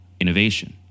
innovation